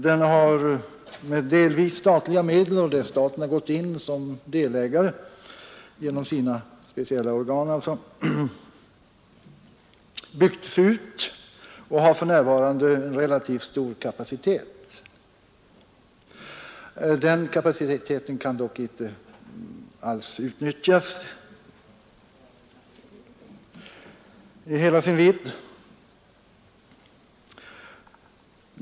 Den har med delvis statliga medel — staten har gått in som delägare genom sina speciella organ — byggts ut och har för närvarande relativt stor kapacitet. Den kapaciteten kan dock inte alls utnyttjas.